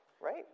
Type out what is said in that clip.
right